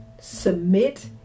submit